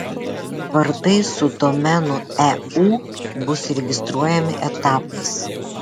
vardai su domenu eu bus registruojami etapais